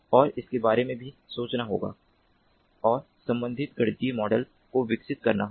और इसके बारे में भी सोचना होगा और संबंधित गणितीय मॉडल को विकसित करना होगा